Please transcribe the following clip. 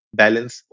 balance